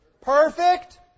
Perfect